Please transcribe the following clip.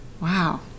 Wow